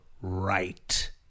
right